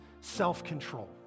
self-control